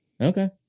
okay